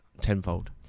tenfold